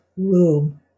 room